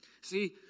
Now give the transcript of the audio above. See